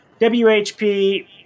WHP